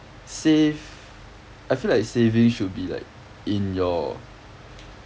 save I feel like savings should be like in your